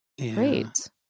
Great